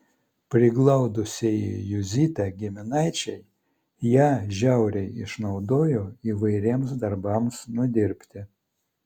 priglaudusieji juzytę giminaičiai ją žiauriai išnaudojo įvairiems darbams nudirbti